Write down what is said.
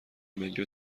ملی